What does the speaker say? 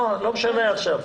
נעה, זה לא משנה עכשיו.